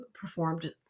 performed